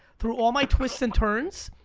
through all my twists and turns,